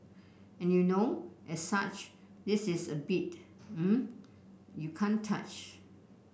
and you know as such this is a beat uh you can't touch